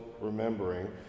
remembering